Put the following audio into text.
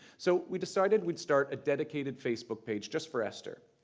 so we decided we'd start a dedicated facebook page just for esther.